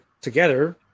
together